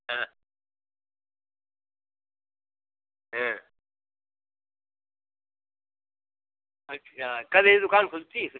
हाँ हाँ अच्छा कल यह दुकान खुलती है